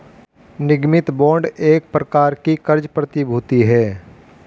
निगमित बांड एक प्रकार की क़र्ज़ प्रतिभूति है